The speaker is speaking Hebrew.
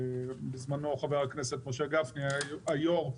בזמנו חבר הכנסת משה גפני היה היו"ר,